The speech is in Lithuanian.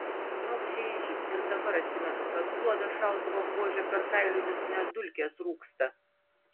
toks žeižys ir dabar atsimenu kad duoda šautuvo buože per kailinius net dulkės rūksta